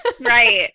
Right